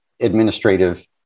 administrative